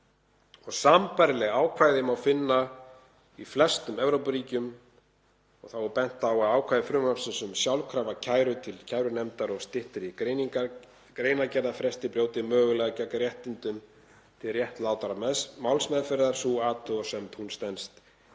Sambærileg ákvæði má finna í flestum Evrópuríkjum. Þá var bent á að ákvæði frumvarpsins um sjálfkrafa kæru til kærunefndar og styttri greinargerðarfresti brjóti mögulega gegn réttindum til réttlátrar málsmeðferðar. Sú athugasemd stenst